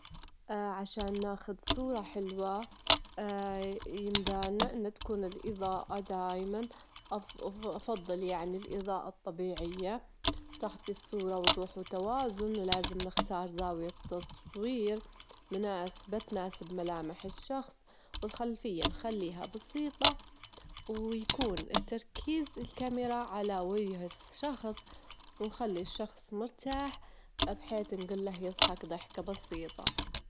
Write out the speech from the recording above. حتى تنضفين التلاجة، فرغي كل محتويات التلاجة من أغراض، بعدين امسحي الرفوف بخل ووموية دافية، إذا في بجع صعبة استخدمين بيكربونات الصوديوم، اتأكدي من تنضيف الأجزاء الجانبية، وإنك تنضفين المقابض عشان يكون كل شي نضيف.